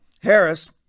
Harris